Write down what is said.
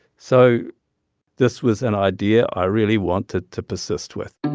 so this was an idea i really wanted to persist with